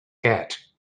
cat